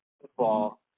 football